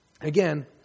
Again